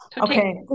Okay